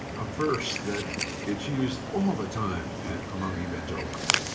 a verse that gets used all the time among evangelicals,